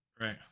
Right